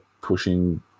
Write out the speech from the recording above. pushing